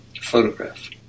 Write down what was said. photograph